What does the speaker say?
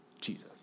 Jesus